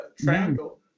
triangle